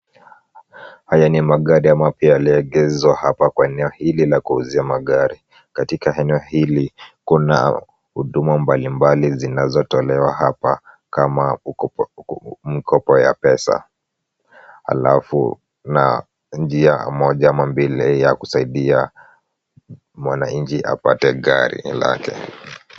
Haya ni magari mapya yaliyoegezwa hapa kwa eneo hili la kuuzia magari. Katika eneo hili kuna huduma mbalimbali zinazotolewa hapa kama mkopo wa pesa halafu na njia moja kama vile ya kusaidia mwananchi apate gari lake.